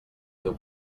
teu